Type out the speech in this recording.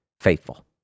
faithful